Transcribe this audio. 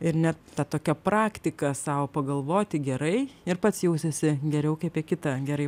ir net ta tokia praktika sau pagalvoti gerai ir pats jausiesi geriau kaip apie kitą gerai